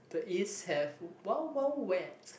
the east have Wild-Wild-Wet